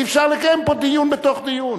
אי-אפשר לקיים פה דיון בתוך דיון.